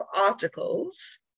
articles